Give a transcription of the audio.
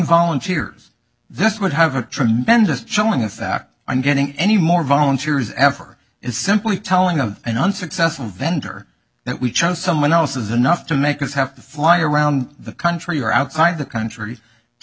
volunteers this would have a tremendous chilling effect on getting any more volunteers effort is simply telling of an unsuccessful vendor that we chose someone else is enough to make us have to fly around the country or outside the country to